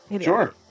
Sure